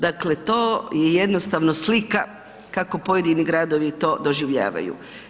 Dakle, to je jednostavno slika kako pojedini gradovi to doživljavaju.